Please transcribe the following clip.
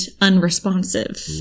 unresponsive